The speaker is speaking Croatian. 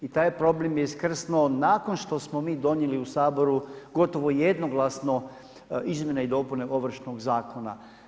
I taj problem je iskrsnuo nakon što smo mi donijeli u Saboru gotovo jednoglasno Izmjene i dopune Ovršnog zakona.